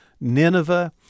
Nineveh